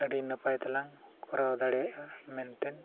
ᱟᱹᱰᱤ ᱱᱟᱯᱟᱭ ᱛᱮᱞᱟᱝ ᱠᱚᱨᱟᱣ ᱫᱟᱲᱮᱭᱟᱜᱼᱟ ᱢᱮᱱᱛᱮ